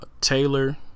Taylor